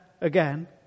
again